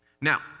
Now